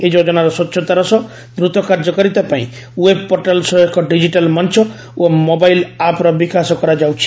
ଏହି ଯୋଜନାର ସ୍ୱଚ୍ଚତାର ସହ ଦ୍ରତ କାର୍ଯ୍ୟକାରିତାପାଇଁ ଓ୍ବେଭ୍ ପୋର୍ଟାଲ୍ ସହ ଏକ ଡିଜିଟାଲ୍ ମଂଚ ଓ ମୋବାଇଲ୍ ଆପ୍ର ବିକାଶ କରାଯାଉଛି